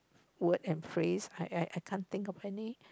word and phrase I I can't think of any